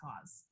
cause